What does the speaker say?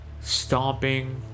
stomping